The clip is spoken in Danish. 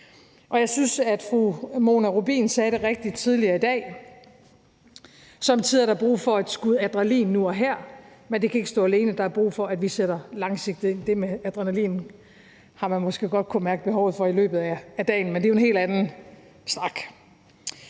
Jeg synes, at fru Monika Rubin sagde det rigtigt tidligere i dag. Sommetider er der brug for et skud adrenalin nu og her, men det kan ikke stå alene. Der er brug for, at vi sætter ind langsigtet. Det med adrenalinen har man måske godt kunnet mærke behovet for i løbet af dagen, men det er en helt anden snak.